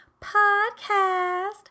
podcast